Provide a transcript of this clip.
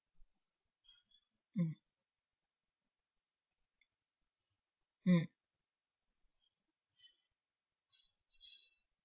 mm mm